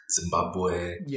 Zimbabwe